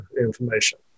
information